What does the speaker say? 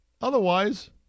Otherwise